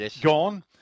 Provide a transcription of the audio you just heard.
gone